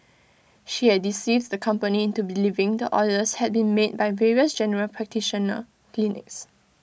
she had deceived the company into believing the orders had been made by various general practitioner clinics